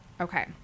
okay